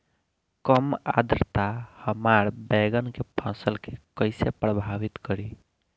कम आद्रता हमार बैगन के फसल के कइसे प्रभावित करी?